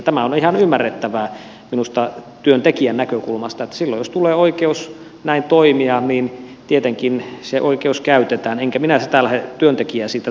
tämä on ihan ymmärrettävää minusta työntekijän näkökulmasta että silloin jos tulee oikeus näin toimia niin tietenkin se oikeus käytetään enkä minä lähde työntekijää siitä tuomitsemaan